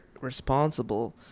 responsible